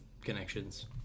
connections